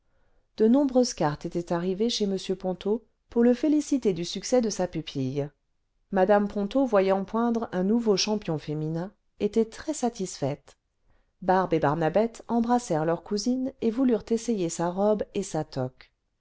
de nombreuses cartes étaient arrivées chez m ponto pour le féliciter du succès de sa pupille mme ponto voyant poindre un nouveau champion féminin était très satisfaite barbe et barnabette embrassèrent leur cousine et voulurent essayer sa robe et sa toque